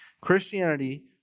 Christianity